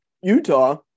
Utah